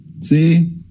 See